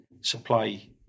supply